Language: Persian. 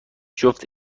جفت